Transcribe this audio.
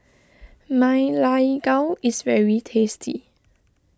Ma Lai Gao is very tasty